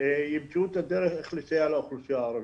ימצאו את הדרך לסייע לאוכלוסייה הערבית.